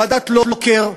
ועדת לוקר,